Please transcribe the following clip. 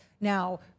now